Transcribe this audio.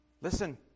Listen